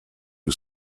who